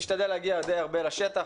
אני משתדל להגיע הרבה לשטח,